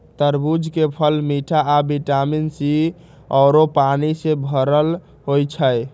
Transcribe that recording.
तरबूज के फल मिठ आ विटामिन सी आउरो पानी से भरल होई छई